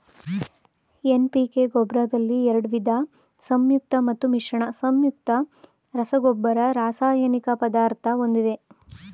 NPK ಗೊಬ್ರದಲ್ಲಿ ಎರಡ್ವಿದ ಸಂಯುಕ್ತ ಮತ್ತು ಮಿಶ್ರಣ ಸಂಯುಕ್ತ ರಸಗೊಬ್ಬರ ರಾಸಾಯನಿಕ ಪದಾರ್ಥ ಹೊಂದಿದೆ